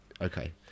okay